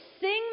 sing